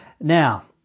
Now